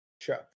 Sure